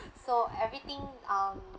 so everything um